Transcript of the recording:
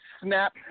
snap